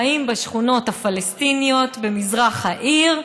חיים בשכונות הפלסטיניות במזרח העיר,